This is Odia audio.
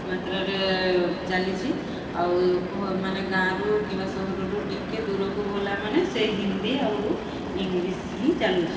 ମାତ୍ରାରେ ଚାଲିଛି ଆଉ ମାନେ ଗାଁରୁ କିମ୍ବା ସହରରୁ ଟିକିଏ ଦୂରକୁ ଗଲା ମାନେ ସେ ହିନ୍ଦୀ ଆଉ ଇଂଲିଶ୍ ହିଁ ଚାଲୁଛି